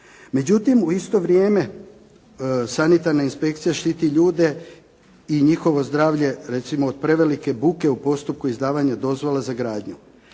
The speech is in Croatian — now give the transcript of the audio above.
Međutim, u isto vrijeme sanitarna inspekcija štiti ljude i njihovo zdravlje recimo od prevelike buke u postupku izdavanja dozvola za gradnju.